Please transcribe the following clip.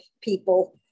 people